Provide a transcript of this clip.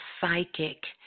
psychic